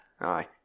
Aye